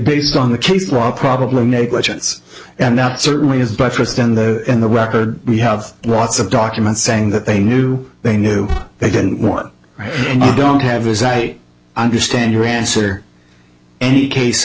based on the case law probably negligence and doubt certainly is but first in the in the record we have lots of documents saying that they knew they knew they didn't want and don't have as i understand your answer any case